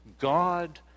God